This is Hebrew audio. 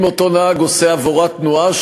אם אותו נהג עושה עבירת תנועה,